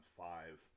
five